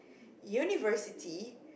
university